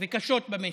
וקשות במשק.